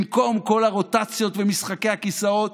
במקום כל הרוטציות ומשחקי הכיסאות,